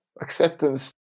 Acceptance